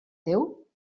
teu